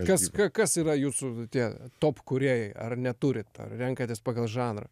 kas kas yra jūsų tie top kurėjai ar neturit ar renkatės pagal žanrą